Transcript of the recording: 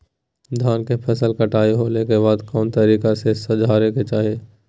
धान के फसल कटाई होला के बाद कौन तरीका से झारे के चाहि?